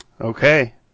Okay